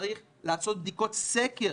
צריך לעשות בדיקות סקר,